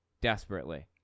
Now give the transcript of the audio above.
desperately